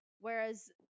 Whereas